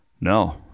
No